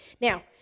Now